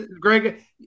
Greg